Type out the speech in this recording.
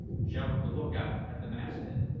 shouted the lookout at the masthead.